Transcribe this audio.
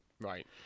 Right